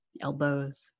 elbows